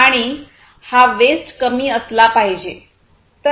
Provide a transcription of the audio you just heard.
आणि हा वेस्ट कमी असला पाहिजे